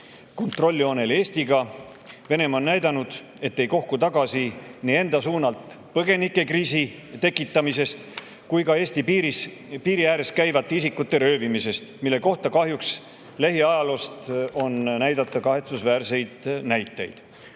kontrolljoonel Eestiga. Venemaa on näidanud, et ei kohku tagasi ei enda suunalt põgenikekriisi tekitamisest ega ka Eesti piiri ääres käivate isikute röövimisest, mille kohta on kahjuks lähiajaloost näidata kahetsusväärseid näiteid. Kui